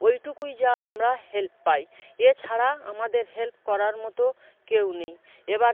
ওইটুকুই যা আমরা হেল্প পাই এছাড়া আমাদের হেল্প করার মতো কেউ নেই এবার